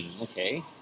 Okay